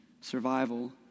Survival